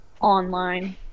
online